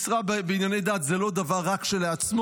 משרה בענייני דת היא לא דבר רק כשלעצמו,